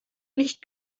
nicht